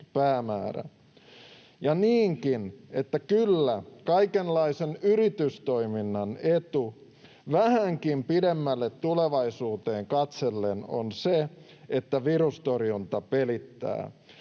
on niinkin, että kyllä kaikenlaisen yritystoiminnan etu vähänkin pidemmälle tulevaisuuteen katsellen on se, että virustorjunta pelittää.